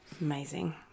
Amazing